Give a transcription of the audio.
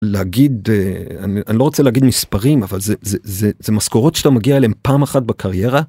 להגיד אני לא רוצה להגיד מספרים אבל זה זה זה זה משכורות שאתה מגיע אליהם פעם אחת בקריירה.